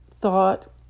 thought